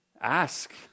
ask